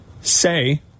say